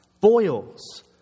boils